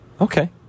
Okay